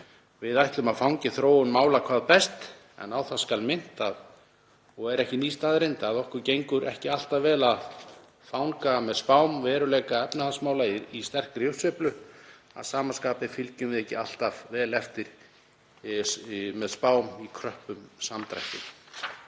við ætlum að fangi þróun mála hvað best. Á það skal minnt, og er ekki ný staðreynd, að okkur gengur ekki alltaf vel að fanga með spám veruleika efnahagsmála í sterkri uppsveiflu. Að sama skapi fylgjum við ekki alltaf vel eftir spám í kröppum samdrætti.